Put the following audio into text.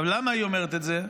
למה היא אומרת את זה?